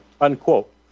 unquote